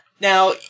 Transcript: Now